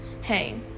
hey